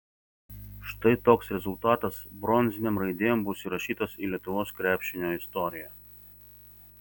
štai toks rezultatas bronzinėm raidėm bus įrašytas į lietuvos krepšinio istoriją